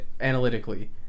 analytically